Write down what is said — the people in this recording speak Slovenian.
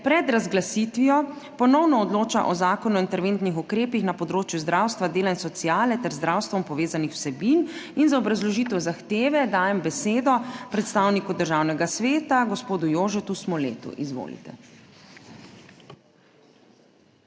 pred razglasitvijo ponovno odloča o Zakonu o interventnih ukrepih na področju zdravstva, dela in sociale ter z zdravstvom povezanih vsebin in za obrazložitev zahteve dajem besedo predstavniku Državnega sveta, gospodu Jožetu Smoletu. Izvolite.